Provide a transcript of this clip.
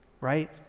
right